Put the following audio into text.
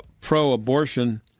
pro-abortion